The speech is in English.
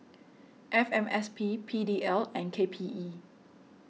F M S P P D L and K P E